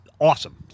awesome